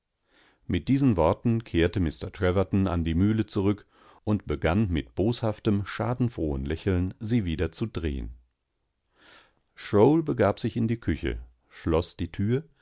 mit diesen worten kehrte mr treverton an die mühle zurück und begann mit boshaftem schadenfrohenlächelnsiewiederzudrehen shrowl begab sich in die küche schloß die tür